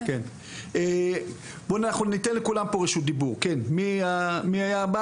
אנחנו ניתן לכולם פה רשות דיבור, מי הגברת?